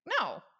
no